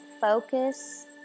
focus